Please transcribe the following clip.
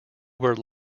were